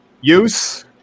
use